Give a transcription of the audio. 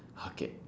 okay